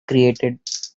created